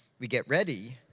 we get ready,